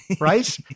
right